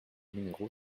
numéro